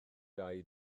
dau